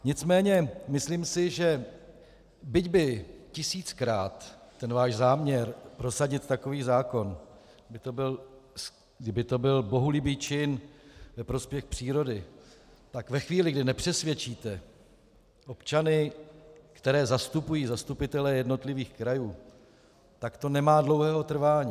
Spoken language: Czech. Nicméně myslím si, že byť by tisíckrát ten váš záměr prosadit takový zákon, kdyby to byl bohulibý čin ve prospěch přírody, tak ve chvíli, kdy nepřesvědčíte občany, které zastupují zastupitelé jednotlivých krajů, tak to nemá dlouhého trvání.